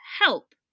help